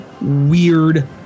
weird